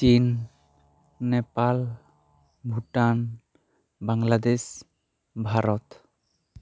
ᱪᱤᱱ ᱱᱮᱯᱟᱞ ᱵᱷᱩᱴᱟᱱ ᱵᱟᱝᱞᱟᱫᱮᱥ ᱵᱷᱟᱨᱚᱛ